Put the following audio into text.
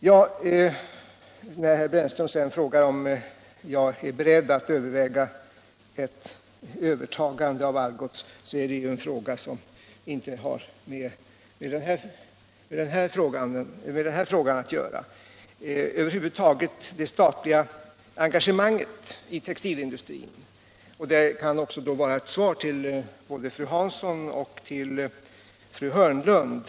På herr Brännströms fråga om jag är beredd att överväga ett övertagande av Algots vill jag säga att detta liksom det statliga engagemanget i textilindustrin över huvud taget inte hör till detta ärende. Det kan även vara ett svar till både fru Hansson och fru Hörnlund.